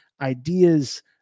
ideas